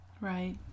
Right